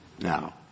Now